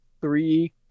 three